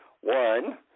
One